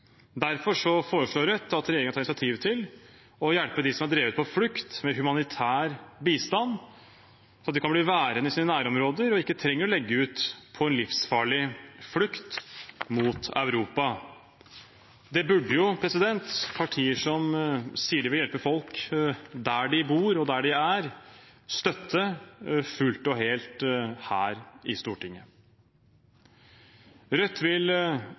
Derfor foreslår Rødt at regjeringen tar initiativ til å hjelpe dem som er drevet på flukt, med humanitær bistand, så de kan bli værende i sine nærområder og ikke trenger å legge ut på en livsfarlig flukt mot Europa. Det burde jo partier som sier de vil hjelpe folk der de bor og der de er, støtte fullt og helt her i Stortinget. Rødt vil